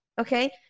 Okay